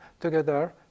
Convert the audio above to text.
together